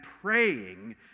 praying